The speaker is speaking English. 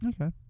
Okay